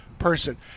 person